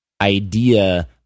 idea